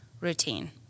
routine